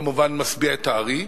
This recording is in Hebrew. כמובן, משביע את הארי.